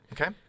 Okay